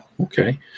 Okay